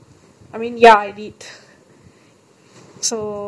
you all are at ninety three A what are you all doing at ninety three A